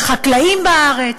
לחקלאים בארץ.